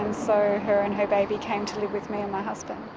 and so her and her baby came to live with my my husband.